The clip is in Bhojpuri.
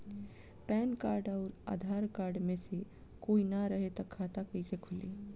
पैन कार्ड आउर आधार कार्ड मे से कोई ना रहे त खाता कैसे खुली?